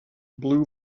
blue